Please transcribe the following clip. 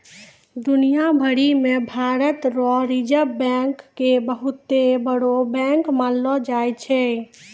दुनिया भरी मे भारत रो रिजर्ब बैंक के बहुते बड़ो बैंक मानलो जाय छै